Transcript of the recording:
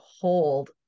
hold